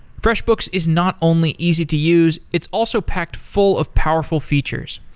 freshbooks is not only easy to use, it's also packed full of powerful features.